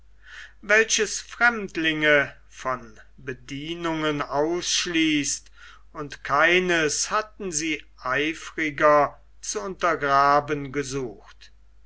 welches fremdlinge von bedienungen ausschließt und keines hatten sie eifriger zu untergraben gesucht